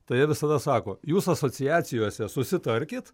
tai jie visada sako jūs asociacijose susitarkit